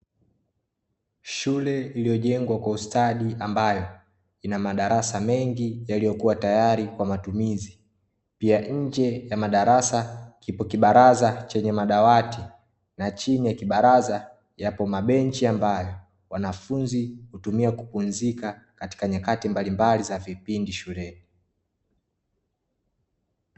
Shule iliyojengwa kwa ustadi ambayo ina madarasa mengi yaliyokuwa tayari kwa matumizi, pia nje ya madarasa kipo kibaraza chenye madawati na chini ya kibaraza yapo mabenchi ambayo wanafunzi kutumia kupumzika katika nyakati mbalimbali za vipindi shuleni.